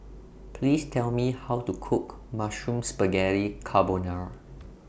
Please Tell Me How to Cook Mushroom Spaghetti Carbonara